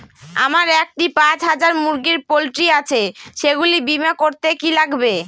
আমার একটি পাঁচ হাজার মুরগির পোলট্রি আছে সেগুলি বীমা করতে কি লাগবে?